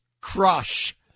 crush